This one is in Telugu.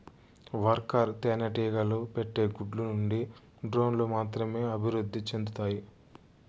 వర్కర్ తేనెటీగలు పెట్టే గుడ్ల నుండి డ్రోన్లు మాత్రమే అభివృద్ధి సెందుతాయి